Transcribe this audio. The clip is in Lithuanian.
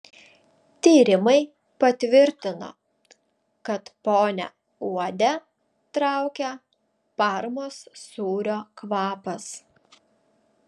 tyrimai patvirtino kad ponią uodę traukia parmos sūrio kvapas